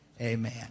Amen